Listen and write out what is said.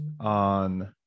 on